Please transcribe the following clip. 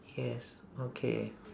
yes okay